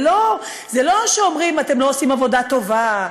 זה לא שאומרים: אתם לא עושים עבודה טובה,